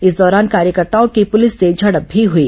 इस दौरान कार्यकर्ताओं की पुलिस से झड़प भी हुई